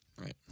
Right